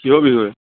কিহৰ